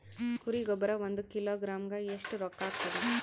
ಕುರಿ ಗೊಬ್ಬರ ಒಂದು ಕಿಲೋಗ್ರಾಂ ಗ ಎಷ್ಟ ರೂಕ್ಕಾಗ್ತದ?